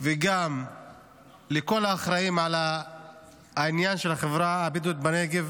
וגם לכל האחראים לעניין של החברה הבדואית בנגב